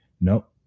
Nope